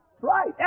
Right